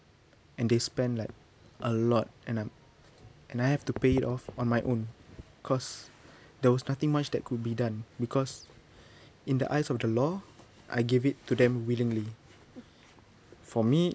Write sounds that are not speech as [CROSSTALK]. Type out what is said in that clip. and they spend like a lot and I'm and I have to pay it off on my own cause there was nothing much that could be done because [BREATH] in the eyes of the law I gave it to them willingly for me